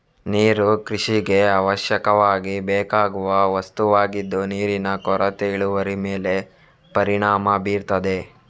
ನೀರು ಕೃಷಿಗೆ ಅವಶ್ಯಕವಾಗಿ ಬೇಕಾಗುವ ವಸ್ತುವಾಗಿದ್ದು ನೀರಿನ ಕೊರತೆ ಇಳುವರಿ ಮೇಲೆ ಪರಿಣಾಮ ಬೀರ್ತದೆ